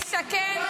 ונרפא ונשקם,